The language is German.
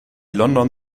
london